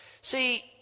See